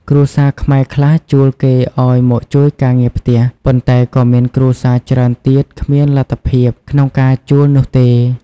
គ្រួសារខ្មែរខ្លះជួលគេឱ្យមកជួយការងារផ្ទះ ប៉ុន្តែក៏មានគ្រួសារច្រើនទៀតគ្មានលទ្ធភាពក្នុងការជួលនោះទេ។